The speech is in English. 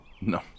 No